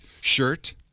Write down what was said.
shirt